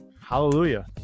Hallelujah